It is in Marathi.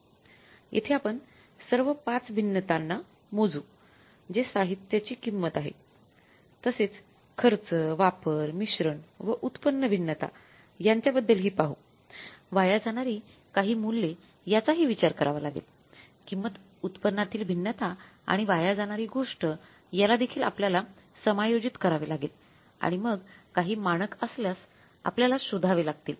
येथे आपण सर्व 5 भिन्नतां ना मोजू जे साहित्यची किंमत आहे तसेच खर्च वापरमिश्रण व उत्पन्न भिन्नता यांच्या बद्दल हि पाहू वाया जाणारी काही मूल्ये याचाही विचार करावा लागेल किंमत उत्पन्नातील भिन्नता आणि वाया जाणारी गोष्ट याला देखील आपल्याला समायोजित करावे लागेल आणि मग काही मानक असल्यास आपल्याला शोधावे लागतील